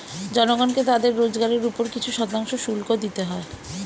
জনগণকে তাদের রোজগারের উপর কিছু শতাংশ শুল্ক দিতে হয়